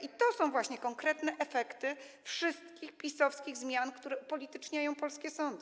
I to są właśnie konkretne efekty wszystkich PiS-owskich zmian, które upolityczniają polskie sądy.